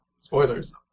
Spoilers